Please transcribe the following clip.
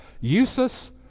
usus